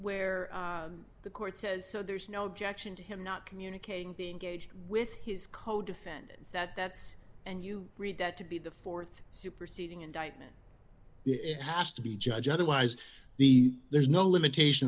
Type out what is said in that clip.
where the court says so there's no objection to him not communicating gauge with his co defendants that that's and you read that to be the th superseding indictment it has to be judged otherwise the there's no limitation